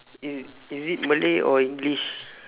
is is it malay or english